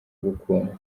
gukundwa